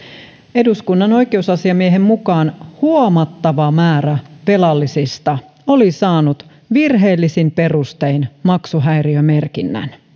eduskunnan oi keusasiamiehen mukaan huomattava määrä velallisista oli saanut virheellisin perustein maksuhäiriömerkinnän